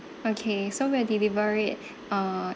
okay so we'll deliver it uh